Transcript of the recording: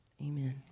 amen